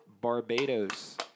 Barbados